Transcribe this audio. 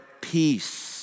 peace